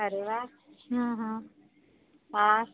અરે વાહ હં હં